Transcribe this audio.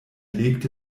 legte